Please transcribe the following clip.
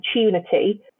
opportunity